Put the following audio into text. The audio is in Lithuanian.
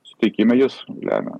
suteikime jis lemia